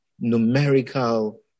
numerical